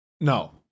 no